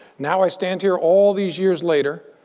now i stand here all these years later,